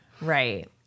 Right